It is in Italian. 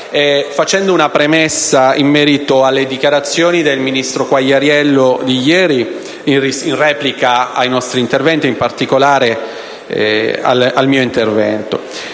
facendo una premessa in merito alle dichiarazioni di ieri del ministro Quagliariello, in replica ai nostri interventi e in particolare al mio intervento.